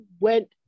went